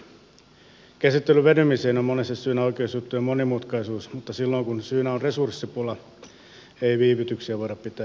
käsittelyn venymiseen on monesti syynä oikeusjuttujen monimutkaisuus mutta silloin kun syynä on resurssipula ei viivytyksiä voida pitää hyväksyttävinä